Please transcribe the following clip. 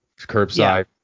Curbside